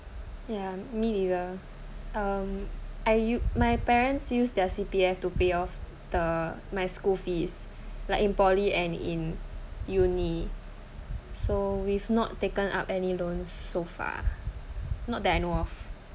ya me neither um I you my parents use their C_P_A to pay off the my school fees like in poly and uni so we've not taken up any loans so far not that I know of